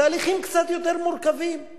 התהליכים קצת יותר מורכבים,